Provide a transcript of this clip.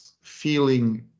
feeling